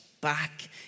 back